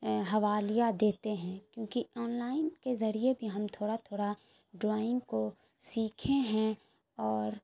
حوالہ دیتے ہیں کیونکہ آن لائن کے ذریعہ بھی ہم تھوڑا تھوڑا ڈرائنگ کو سیکھے ہیں اور